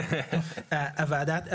הוועדה תחליט.